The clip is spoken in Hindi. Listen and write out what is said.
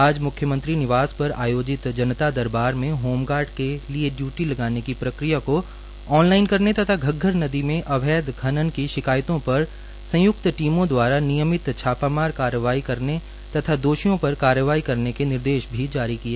आज मुख्यमंत्री निवास पर आयोजित जनता दरबार मे होमगार्ड के लिए इयूटी लगाने की प्रक्रिया को आनलाइन करने तथा घग्गर नदी में अवैध खनन की शिकायतों पर संयुक्त टीमों दवारा नियमित छापामार कार्रवाई करने तथा दोषियों पर कार्रवाई करने के निर्देश भी जारी किए